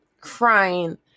crying